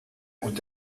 und